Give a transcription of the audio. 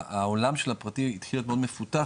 העולם של הפרטי התחיל להיות מאוד מפותח